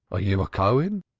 are you a cohen?